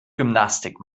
gymnastik